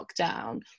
lockdown